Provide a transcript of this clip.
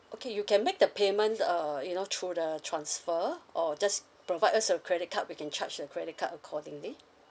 okay you can make the payment uh you know through the transfer or just provide us a credit card we can charge the credit card accordingly